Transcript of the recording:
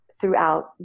throughout